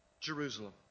Jerusalem